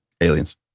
Aliens